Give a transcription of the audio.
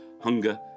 hunger